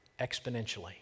exponentially